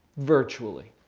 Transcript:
virtually